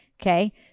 okay